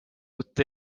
uut